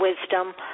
wisdom